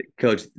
Coach